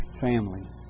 family